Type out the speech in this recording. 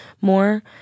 more